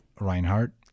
Reinhardt